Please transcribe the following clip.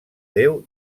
déu